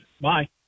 Bye